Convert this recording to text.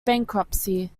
bankruptcy